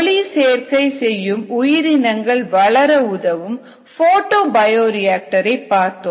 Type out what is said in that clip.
ஒளி சேர்க்கை செய்யும் உயிரினங்கள் வளர உதவும் போட்டோ பயோரியாக்டர் பார்த்தோம்